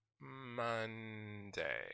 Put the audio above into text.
Monday